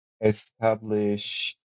Establish